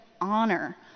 honor